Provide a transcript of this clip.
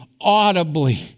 audibly